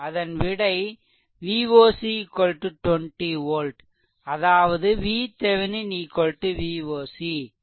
அதன் விடை Voc 20 volt அதாவது VThevenin Voc 20 volt